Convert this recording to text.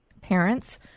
Parents